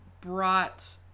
brought